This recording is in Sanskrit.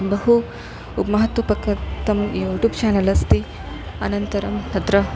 बहु उ महत्वमुपकृतं यूट्यूब् चेनल् अस्ति अनन्तरं तत्र